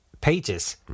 pages